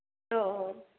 औ औ